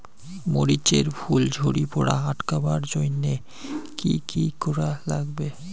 মরিচ এর ফুল ঝড়ি পড়া আটকাবার জইন্যে কি কি করা লাগবে?